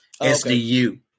SDU